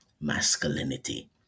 masculinity